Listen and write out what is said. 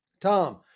Tom